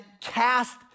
cast